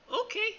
okay